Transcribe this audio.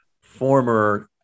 former